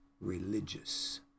religious